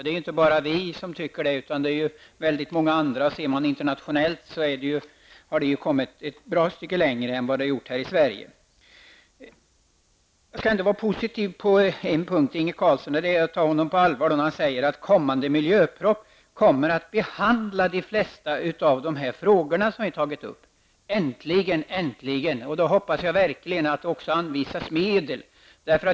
Det är inte bara vi som tycker så utan många andra. I utlandet har man kommit ett bra stycke längre än vi i Jag skall ändå vara positiv på en punkt, Inge Carlsson. Jag tar honom på allvar då han säger att den kommande miljöpropositionen behandlar de flesta av de frågor som vi har tagit upp. Äntligen, äntligen. Jag hoppas verkligen att det också anvisas medel.